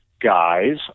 guys